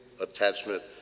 attachment